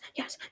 yes